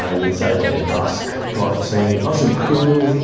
ah you'd say like a dusk type scene. nice and cool.